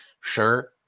Sure